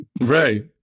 Right